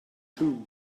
too